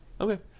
Okay